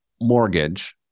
mortgage